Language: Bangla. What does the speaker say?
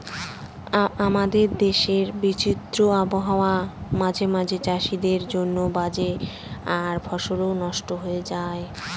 আমাদের দেশের বিচিত্র আবহাওয়া মাঝে মাঝে চাষীদের জন্য বাজে আর ফসলও নস্ট হয়ে যায়